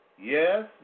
Yes